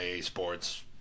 sports